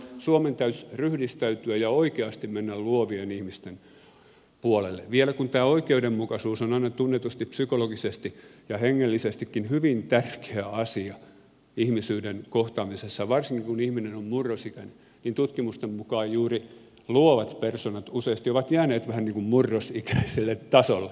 suomen täytyisi ryhdistäytyä ja oikeasti mennä luovien ihmisten puolelle vielä kun tämä oikeudenmukaisuus on aina tunnetusti psykologisesti ja hengellisestikin hyvin tärkeä asia ihmisyyden kohtaamisessa varsinkin kun ihminen on murrosikäinen tutkimusten mukaan juuri luovat persoonat useasti ovat jääneet vähän niin kuin murrosikäisen tasolle